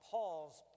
Paul's